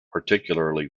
particularly